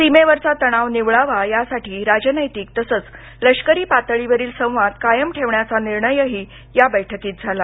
सीमेवरचा तणाव निवळावा यासाठी राजनैतिक तसंच लष्करी पातळी वरील संवाद कायम ठेवण्याचा निर्णयही या बैठकीत झाला